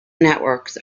networks